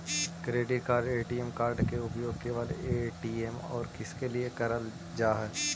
Credit card ATM card के उपयोग केवल ए.टी.एम और किसके के लिए करल जा है?